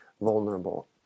vulnerable